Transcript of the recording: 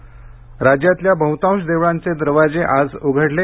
देऊळ राज्यातल्या बहुतांस देवळांचे दरवाजे आज घडले